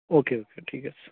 ও কে okay ঠিক আছে